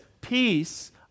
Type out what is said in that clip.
peace